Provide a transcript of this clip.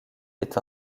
est